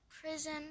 prison